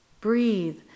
Breathe